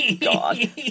God